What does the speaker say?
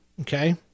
Okay